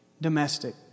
domestic